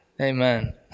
Amen